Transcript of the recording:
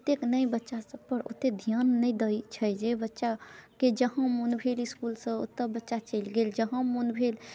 ओतेक ने बच्चा सबपर ओते ध्यान नहि दै छै जे बच्चाके जहाँ मोन भेल इसकुलसँ ओतऽ बच्चा चलि गेल जहाँ मोन भेल